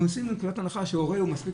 אנחנו יוצאים מנקודת הנחה שהורה הוא מספיק